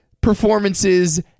performances